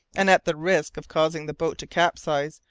and at the risk of causing the boat to capsize,